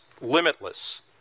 limitless